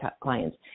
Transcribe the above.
clients